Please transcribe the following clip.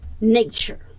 nature